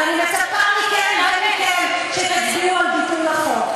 ואני מצפה מכן שתצביעו על ביטול החוק.